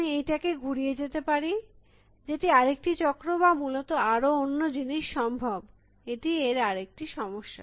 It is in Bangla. আমি এইটাকে ঘুরিয়ে যেতে পারি যেটি আরেকটি চক্র বা মূলত আর অন্য জিনিস সম্ভব এটি এর আরেকটি সমস্যা